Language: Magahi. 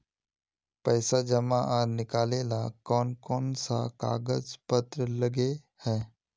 पैसा जमा आर निकाले ला कोन कोन सा कागज पत्र लगे है?